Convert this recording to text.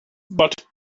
but